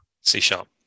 C-sharp